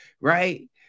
right